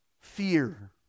fear